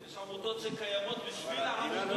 יש עמותות שקיימות בשביל העמותות.